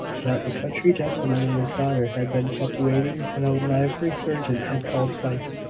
that the country gentleman and his daughter had been kept waiting, and a livery servant had called twice,